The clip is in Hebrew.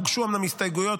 הוגשו אומנם הסתייגויות,